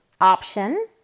option